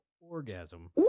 orgasm